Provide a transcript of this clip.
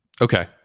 Okay